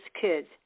kids